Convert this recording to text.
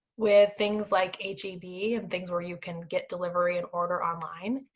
with things like h e b and things where you can get delivery and order online,